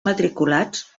matriculats